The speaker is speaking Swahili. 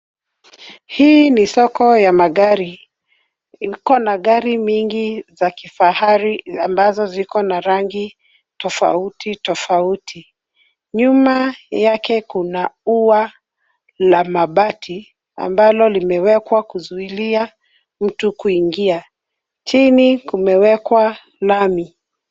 Hii ni soko ya magari, iko na gari mingi za kifahari ambazo ziko na rangi tofauti tofauti. Nyuma yake kuna ua la mabati, ambalo limewekwa kuzuilia mtu kuingia. Chini kumewekwa lami.